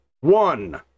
one